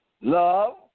Love